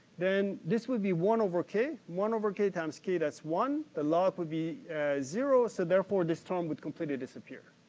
then this would be one over k, one over k times k, that's one. the log would be zero, so therefore this term would completely disappear.